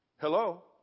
Hello